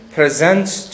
presents